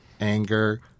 anger